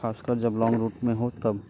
खासकर जब long route में हो तब